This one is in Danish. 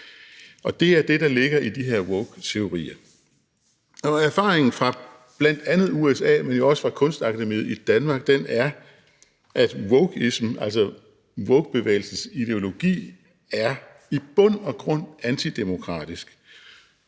Og det er det, der ligger i de her woketeorier. Erfaringen fra bl.a. USA, men jo også fra Kunstakademiet i Danmark, er, at wokeism , altså wokebevægelsens ideologi, i bund og grund er antidemokratisk.